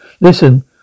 Listen